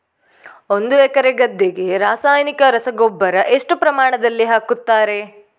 ಒಂದು ಎಕರೆ ಗದ್ದೆಗೆ ರಾಸಾಯನಿಕ ರಸಗೊಬ್ಬರ ಎಷ್ಟು ಪ್ರಮಾಣದಲ್ಲಿ ಹಾಕುತ್ತಾರೆ?